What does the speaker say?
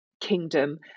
kingdom